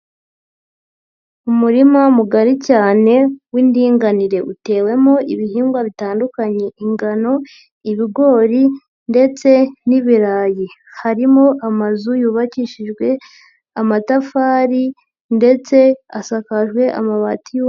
Umurima mugari cyane w'indinganire uteyemo ibihingwa bitandukanye, ingano, ibigori ndetse n'ibirayi, harimo amazu yubakishijwe amatafari ndetse asakajwe amabati.